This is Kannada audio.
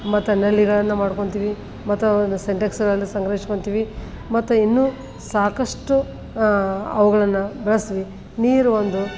ಮತ್ತು ನಲ್ಲಿಗಳನ್ನು ಮಾಡ್ಕೊತಿವಿ ಮತ್ತು ಒಂದು ಸಿಂಟೆಕ್ಸ್ಗಳಲ್ಲಿ ಸಂಗ್ರಹಿಸ್ಕೊಂತಿವಿ ಮತ್ತು ಇನ್ನೂ ಸಾಕಷ್ಟು ಅವುಗಳನ್ನು ಬಳಸ್ತೀವಿ ನೀರು ಒಂದು